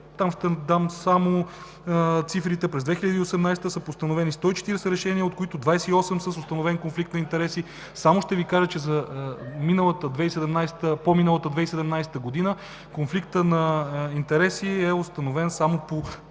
ще дам само цифрите. През 2018 г. са постановени 140 решения, от които 28 са с установен конфликт на интереси. Само ще Ви кажа, че за по миналата 2017 г. конфликтът на интереси е установен само по